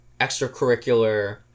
extracurricular